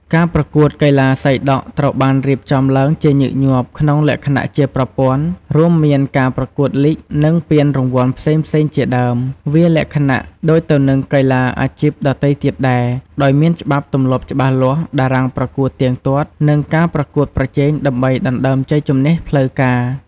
ការប្រកួតកីឡាសីដក់ត្រូវបានរៀបចំឡើងជាញឹកញាប់ក្នុងលក្ខណៈជាប្រព័ន្ធ រួមមានការប្រកួតលីគ និងពានរង្វាន់ផ្សេងៗជាដើម វាលក្ខណៈដូចទៅនឹងកីឡាអាជីពដទៃទៀតដែរ ដោយមានច្បាប់ទម្លាប់ច្បាស់លាស់ តារាងប្រកួតទៀងទាត់ និងការប្រកួតប្រជែងដើម្បីដណ្តើមជ័យជម្នះផ្លូវការ។